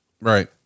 right